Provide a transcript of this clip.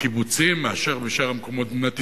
בקיבוצים מאשר בשאר המקומות במדינת ישראל.